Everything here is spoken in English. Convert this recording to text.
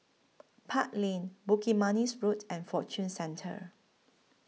Park Lane Bukit Manis Road and Fortune Centre